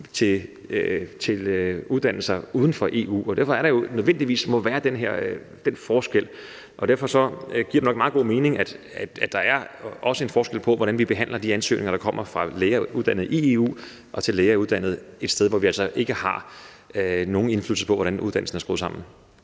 til uddannelser uden for EU. Derfor må der jo nødvendigvis være den her forskel. Og derfor giver det nok meget god mening, at der også er en forskel på, hvordan vi behandler de ansøgninger, der kommer fra læger uddannet i EU, og fra læger uddannet et sted, hvor vi altså ikke har nogen indflydelse på, hvordan uddannelsen er skruet sammen.